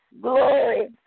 Glory